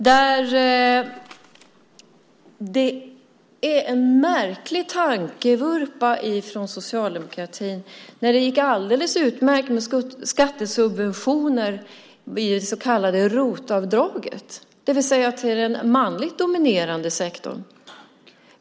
Det görs en märklig tankevurpa från socialdemokratin. Det gick ju alldeles utmärkt med skattesubventioner när det gällde det så kallade ROT-avdraget, det vill säga med skattesubventioner till den manligt dominerade sektorn.